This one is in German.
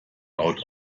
laut